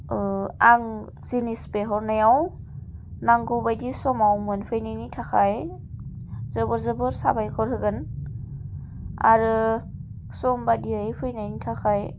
आं जिनिस बिहरनायाव नांगौ बायदि समाव मोनफैनायनि थाखाय जोबोर जोबोर साबायखर होगोन आरो सम बादियै फैनायनि थाखाय